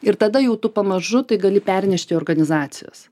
ir tada jau tu pamažu tai gali pernešt į organizacijas